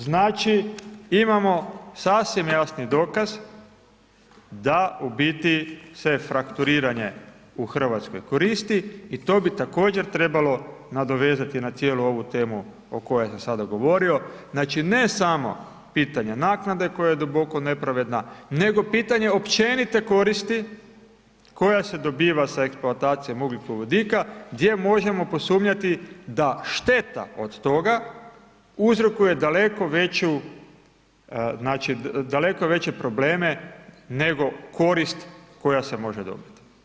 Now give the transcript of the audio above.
Znači imamo sasvim jasni dokaz da u biti se frakturiranje u Hrvatskoj koristi i to bi također trebalo nadovezati na cijelu ovu temu o kojoj sam sada govorio, znači ne samo pitanja naknade koja je duboko nepravedna, nego pitanje općenite koristi koja se dobiva sa eksploatacijom ugljikovodika gdje možemo posumnjati da šteta od toga uzrokuje daleko veću, daleko veće probleme nego korist koja se može dobiti.